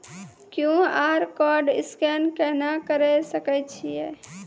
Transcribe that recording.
QR code scan केना करै सकय छियै?